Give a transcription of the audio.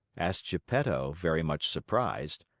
asked geppetto, very much surprised.